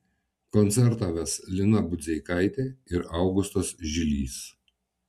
koncertą ves lina budzeikaitė ir augustas žilys